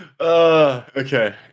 okay